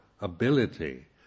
ability